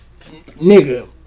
Nigga